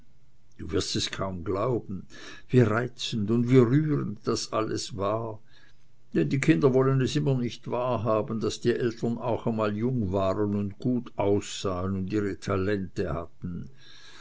du wirst es kaum glauben wie reizend und wie rührend das alles war denn die kinder wollen es immer nicht wahrhaben daß die eltern auch einmal jung waren und gut aussahen und ihre talente hatten